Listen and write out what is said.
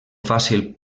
fàcil